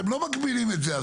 אתם לא מגבילים את זה,